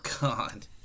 God